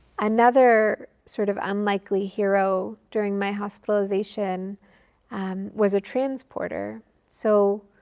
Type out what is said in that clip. another sort of unlikely hero during my hospitalization um was a transporter. so